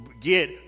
get